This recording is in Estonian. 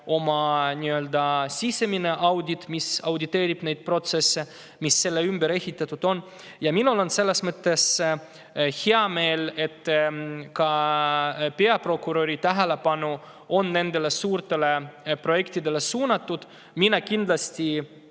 oma sisemine audit, auditeeritakse neid protsesse, mis selle ümber on ehitatud. Mul on hea meel, et ka peaprokuröri tähelepanu on nendele suurtele projektidele suunatud. Ma kindlasti